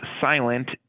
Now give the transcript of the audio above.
silent